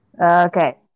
okay